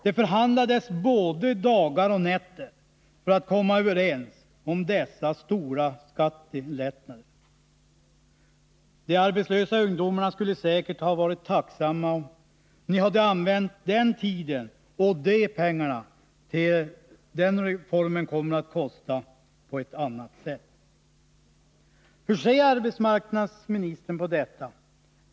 Det förhandlades både dagar och nätter för att man skulle komma överens om dessa stora skattelättnader. De arbetslösa ungdomarna skulle säkert ha varit tacksamma, om ni på ett annat sätt hade använt den tiden och de pengar den ”reformen” kommer att kosta. Hur ser arbetsmarknadsministern på detta?